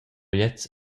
gliez